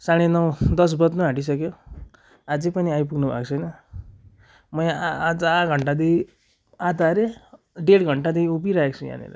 साँढे नौ दस बज्नु आँटिसक्यो अझै पनि आइपुग्नु भएको छैन म यहाँ आ आधा घन्टादेखि आधा अरे डेढ घन्टादेखि उभिरहेको छु यहाँनिर